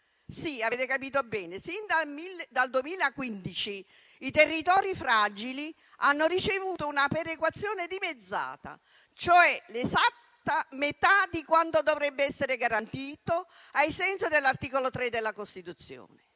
Sì, avete capito bene: sin dal 2015 i territori fragili hanno ricevuto una perequazione dimezzata, cioè l'esatta metà di quanto dovrebbe essere garantito ai sensi dell'articolo 3 della Costituzione.